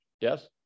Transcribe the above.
yes